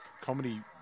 comedy